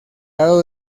lado